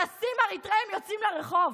אנסים אריתריאים יוצאים לרחוב,